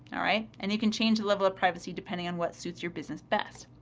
alright? and you can change the level of privacy depending on what suits your business best.